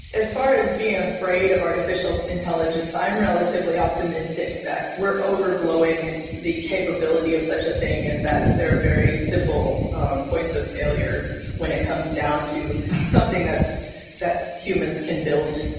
as far as being afraid of artificial intelligence, i am relatively optimistic that we're overblowing the capability of such a thing and that there are very simple um points of failure when it comes down to something that humans can build,